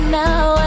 now